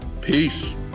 Peace